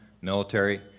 military